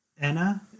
Anna